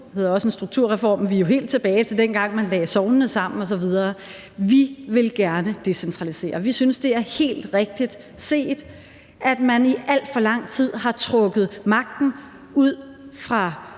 havde også en strukturreform; vi er jo helt tilbage til, dengang man lagde sognene sammen osv. Vi vil gerne decentralisere. Vi synes, det er helt rigtigt set, at man i al for lang tid har trukket magten væk fra